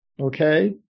okay